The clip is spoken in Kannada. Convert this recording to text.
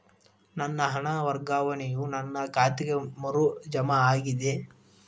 ನನ್ನ ಹಣ ವರ್ಗಾವಣೆಯು ನನ್ನ ಖಾತೆಗೆ ಮರು ಜಮಾ ಆಗಿದೆ